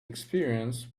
experience